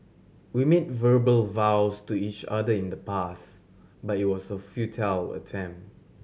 we made verbal vows to each other in the past but it was a futile attempt